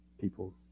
people